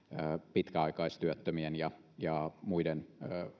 pitkäaikaistyöttömien ja ja muiden